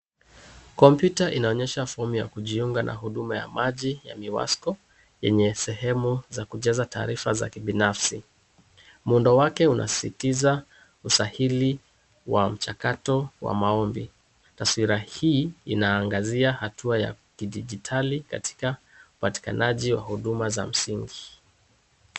Kompyuta inaonyesha fomu ya kujiunga na huduma ya maji ya MIWASCO yenye sehemu za kujaza taarifa za kibinafsi, muundo wake unasisitiza usahili wa mchakato wa maombi, taaswira hii inaangazia barua ya kidijitali katika upatikanaji wa huduma za msingi.